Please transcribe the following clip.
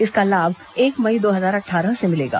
इसका लाभ एक मई दो हजार अट्ठारह से मिलेगा